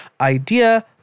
idea